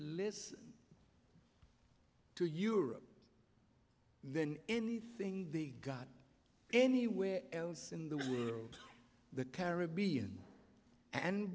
listen to europe then anything they got anywhere else in the world the caribbean and